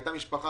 הייתה משפחה